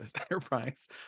Enterprise